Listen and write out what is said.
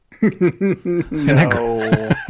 No